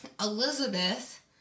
Elizabeth